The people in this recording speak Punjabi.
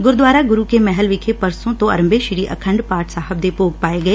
ਗੁਰੂਦੁਆਰਾ ਗੁਰੂ ਕੇ ਮਹਿਲ ਵਿਖੇ ਪਰਸੋਂ ਤੋਂ ਅਰੰਭੇ ਸ਼ੀ ਅਖੰਡ ਪਾਠ ਸਾਹਿਬ ਦੇ ਭੋਗ ਪਾਏ ਗਏ